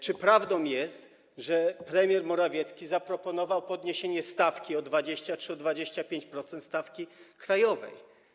Czy prawdą jest, że premier Morawiecki zaproponował podniesienie o 20% czy 25% stawki krajowej?